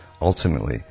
ultimately